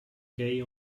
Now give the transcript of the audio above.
gay